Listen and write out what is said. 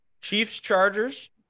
Chiefs-Chargers